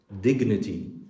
dignity